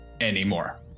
anymore